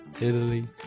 Italy